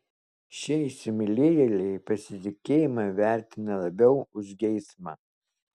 šie įsimylėjėliai pasitikėjimą vertina labiau už geismą